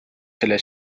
selle